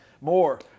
more